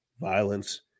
violence